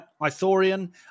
Ithorian